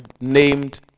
named